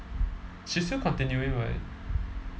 she still continuing right